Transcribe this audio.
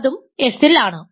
അതും S ൽ ആണ്